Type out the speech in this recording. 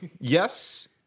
yes